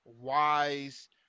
wise